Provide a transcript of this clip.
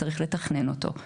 וצריך לתכנן אותו,